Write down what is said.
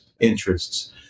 interests